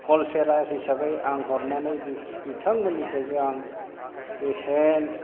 हल सेलार हिसाबै आं हरनानै बिसो बिथांमोननिफ्रायबो आं बेसेन